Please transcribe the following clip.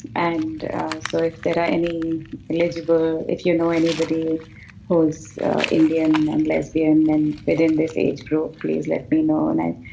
and so if there are any eligible, if you know anybody who is indian and lesbian, then within this age group, please let me know. um and